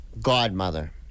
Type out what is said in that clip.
godmother